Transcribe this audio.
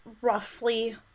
roughly